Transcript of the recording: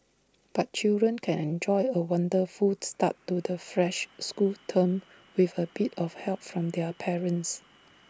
but children can enjoy A wonderful start to the fresh school term with A bit of help from their parents